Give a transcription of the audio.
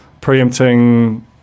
preempting